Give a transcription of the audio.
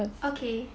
okay